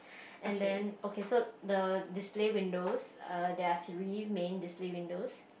and then okay so the display windows err there are three main display windows